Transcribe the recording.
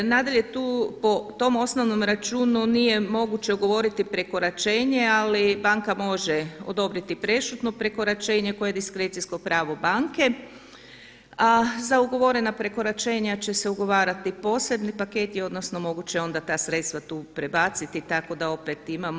Nadalje tu po tom osnovnom računu nije moguće ugovoriti prekoračenje, ali banka može odobriti prešutno prekoračenje koje je diskrecijsko pravo banke, a za ugovorena prekoračenja će se ugovarati posebni paketi, odnosno moguće je onda ta sredstva tu prebaciti, tako da opet imamo.